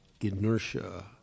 inertia